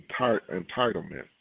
entitlement